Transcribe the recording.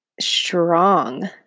strong